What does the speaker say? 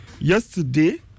Yesterday